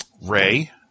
Ray